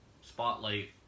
spotlight